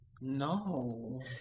No